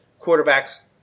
quarterbacks